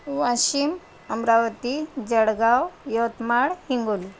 Washim Amravati Jalgaon Yavatmal Hingoli